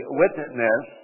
witness